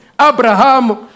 Abraham